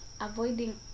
avoiding